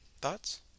Thoughts